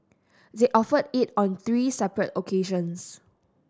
they offered it on three separate occasions